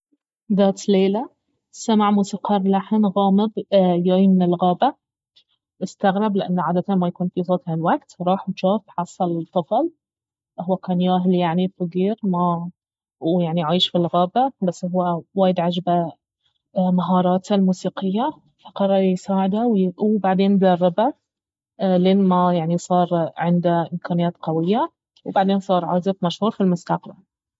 ذات ليلة سمع موسيقار لحن غامض ياي من الغابة استغرب لانه عادةً ما يكون في صوت هالوقت راح وجاف حصل طفل اهو كان ياهل يعني فقير ما ويعني عايش في الغابة بس اهو وايد عجبه مهاراته الموسيقية فقرر يساعده وبعدين دربه لين ما يعني صار عنده امكانات قوية وبعدين صار عازف مشهور في المستقبل